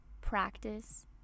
Practice